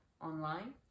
Online